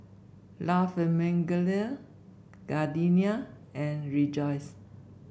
La Famiglia Gardenia and Rejoice